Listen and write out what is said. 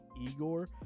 igor